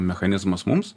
mechanizmas mums